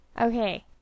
Okay